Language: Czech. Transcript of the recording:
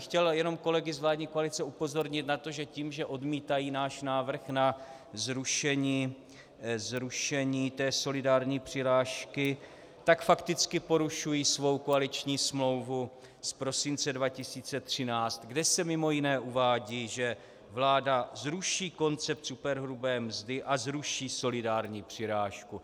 Chtěl bych jenom kolegy z vládní koalice upozornit na to, že tím, že odmítají náš návrh na zrušení solidární přirážky, tak fakticky porušují svou koaliční smlouvu z prosince 2013, kde se mimo jiné uvádí, že vláda zruší koncept superhrubé mzdy a zruší solidární přirážku.